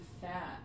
fat